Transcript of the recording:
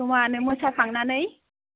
जमानो मोसाखांनानै